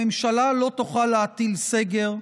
הממשלה לא תוכל להטיל סגר,